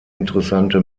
interessante